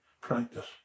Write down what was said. practice